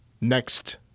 next